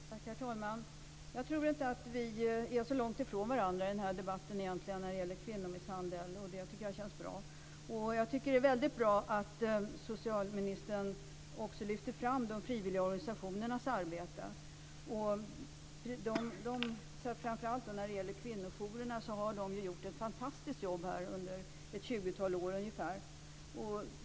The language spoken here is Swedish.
Herr talman! Jag tror egentligen inte att vi står så långt ifrån varandra i den här debatten när det gäller kvinnomisshandel. Det känns bra. Det är också bra att socialministern lyfter fram de frivilliga organisationernas arbete. Framför allt kvinnojourerna har ju gjort ett fantastiskt jobb under ungefär 20 år.